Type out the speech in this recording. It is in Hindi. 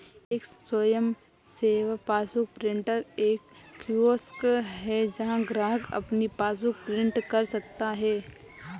एक स्वयं सेवा पासबुक प्रिंटर एक कियोस्क है जहां ग्राहक अपनी पासबुक प्रिंट कर सकता है